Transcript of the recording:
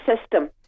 system